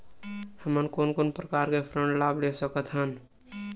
हमन कोन कोन प्रकार के ऋण लाभ ले सकत हन?